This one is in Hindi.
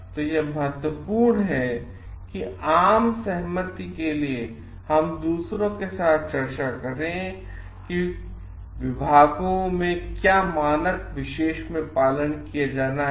यह बहुत महत्वपूर्ण है कि एक आम सहमति के लिए हम दूसरों के साथ चर्चा करें और कि विभागों में क्या मानक विशेष में पालन किया जाना है